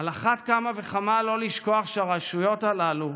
על אחת כמה וכמה לא לשכוח שהרשויות הללו,